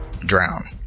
drown